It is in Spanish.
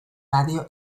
radio